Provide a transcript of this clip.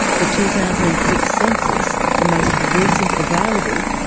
the two thousand and six census, the most recent available,